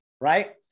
right